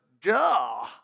duh